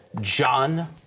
John